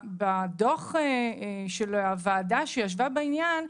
בדוח של הוועדה שישבה בעניין,